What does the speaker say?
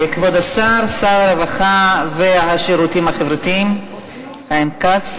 כבוד שר הרווחה והשירותים החברתיים חיים כץ,